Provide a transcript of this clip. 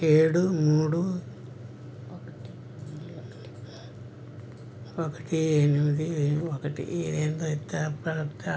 ఏడు మూడు ఒకటి ఎనిమిది ఒకటి ఎనిమిది